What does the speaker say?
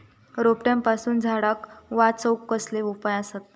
रोट्यापासून झाडाक वाचौक कसले उपाय आसत?